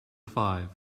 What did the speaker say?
five